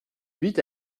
huit